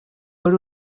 per